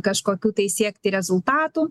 kažkokių tai siekti rezultatų